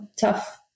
tough